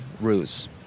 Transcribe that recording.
ruse